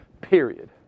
period